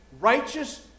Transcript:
righteous